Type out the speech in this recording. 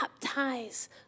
baptize